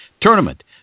tournament